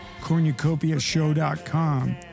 cornucopiashow.com